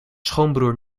schoonbroer